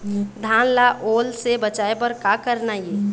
धान ला ओल से बचाए बर का करना ये?